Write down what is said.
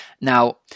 Now